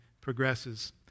progresses